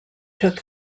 took